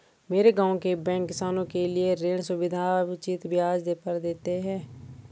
मेरे गांव के बैंक किसानों के लिए ऋण सुविधाएं उचित ब्याज पर देते हैं